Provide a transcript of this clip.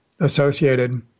associated